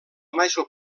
major